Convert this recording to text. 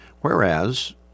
Whereas